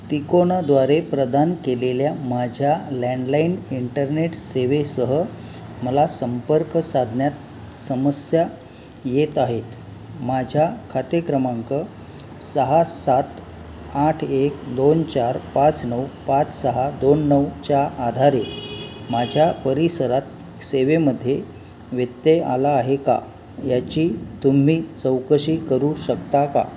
तिकोनाद्वारे प्रदान केलेल्या माझ्या लँडलाईन इंटरनेट सेवेसह मला संपर्क साधण्यात समस्या येत आहेत माझ्या खाते क्रमांक सहा सात आठ एक दोन चार पाच नऊ पाच सहा दोन नऊच्या आधारे माझ्या परिसरात सेवेमध्ये व्यत्यय आला आहे का याची तुम्ही चौकशी करू शकता का